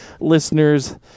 listeners